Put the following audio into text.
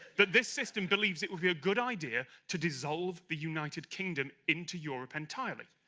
that this system believes it would be a good idea to dissolve the united kingdom into europe entirely.